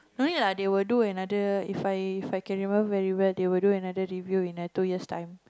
don't need lah they will do another If I If I can remember very well they will do another review in another two years time